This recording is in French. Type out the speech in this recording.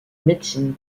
médecine